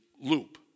loop